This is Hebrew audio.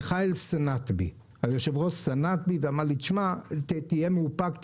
מיכאל, היושב-ראש, סנט בי ואמר לי: תהיה מאופק.